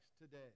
today